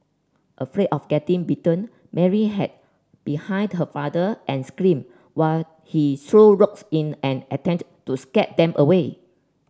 afraid of getting bitten Mary hid behind her father and screamed while he threw rocks in an attempt to scare them away